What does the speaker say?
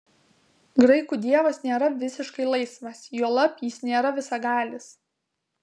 graikų dievas nėra visiškai laisvas juolab jis nėra visagalis